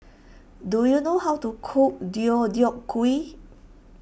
do you know how to cook Deodeok Gui